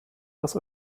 was